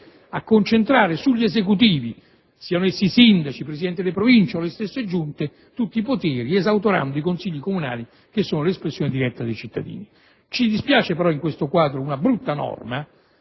a concentrare sugli esecutivi - siano essi sindaci, presidenti delle Province o le stesse giunte - tutti i poteri, esautorando i consigli comunali che invece sono l'espressione diretta dei cittadini. Ci dispiace però, in questo quadro, che alla